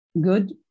Good